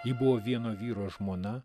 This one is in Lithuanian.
ji buvo vieno vyro žmona